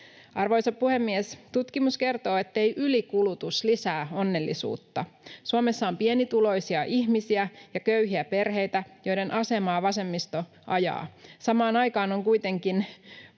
Arvoisa puhemies! Tutkimus kertoo, ettei ylikulutus lisää onnellisuutta. Suomessa on pienituloisia ihmisiä ja köyhiä perheitä, joiden asemaa vasemmisto ajaa. Samaan aikaan on kuitenkin